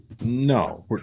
No